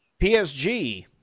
PSG